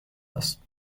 است